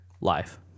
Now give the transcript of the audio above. life